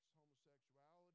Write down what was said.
homosexuality